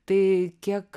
tai kiek